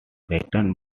written